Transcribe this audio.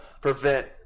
prevent